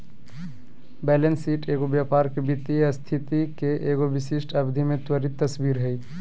balance sheet एगो व्यापार के वित्तीय स्थिति के एगो विशिष्ट अवधि में त्वरित तस्वीर हइ